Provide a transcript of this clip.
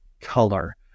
color